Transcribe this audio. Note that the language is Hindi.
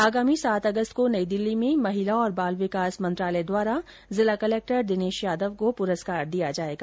आगामी सात अगस्त को नई दिल्ली में महिला और बाल विकास मंत्रालय द्वारा जिला कलेक्टर दिनेश यादव को प्रस्कार प्रदान किया जायेगा